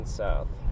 south